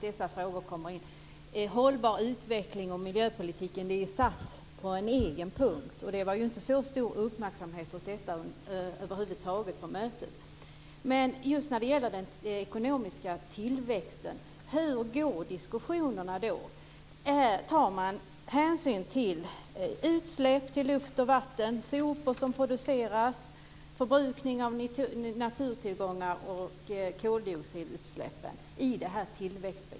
En hållbar utveckling och miljöpolitiken har fått en egen punkt. Det ägnades inte så stor uppmärksamhet åt detta över huvud taget på mötet. Hur går diskussionerna när det gäller den ekonomiska tillväxten? Tar man hänsyn till utsläpp till luft och vatten, sopor som produceras, förbrukning av naturtillgångar och koldioxidutsläppen i tillväxtbegreppet?